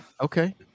Okay